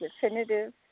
definitive